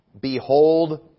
Behold